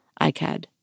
ICAD